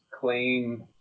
claim